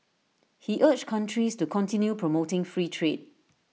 he urged countries to continue promoting free trade